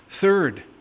Third